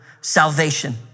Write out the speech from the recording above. salvation